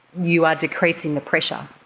you are decreasing the pressure,